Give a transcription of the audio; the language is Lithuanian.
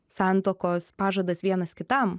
santuokos pažadas vienas kitam